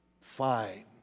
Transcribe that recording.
fine